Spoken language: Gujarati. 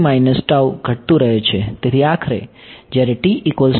તેથી આખરે જ્યારે મને મળે છે